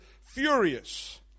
furious